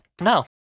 No